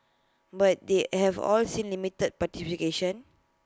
but they have all seen limited participation